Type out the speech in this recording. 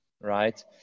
Right